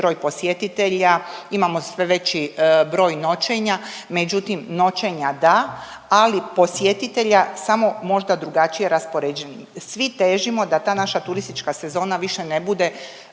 broj posjetitelja, imamo sve veći broj noćenja, međutim noćenja da, ali posjetitelja samo možda drugačije raspoređeni. Svi težimo da ta naša turistička sezona više ne bude